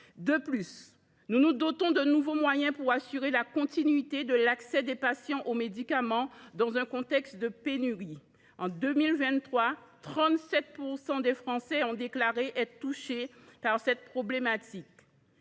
De plus, nous nous dotons de nouveaux moyens pour assurer la continuité de l’accès des patients aux médicaments, dans un contexte de pénurie. En 2023, 37 % des Français ont déclaré être touchés par cette difficulté.